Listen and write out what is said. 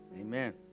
amen